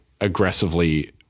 aggressively